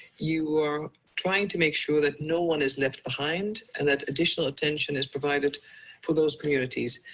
you are trying to make sure that no one is left behind, and that additional attention is provided for those communities.